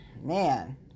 man